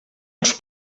els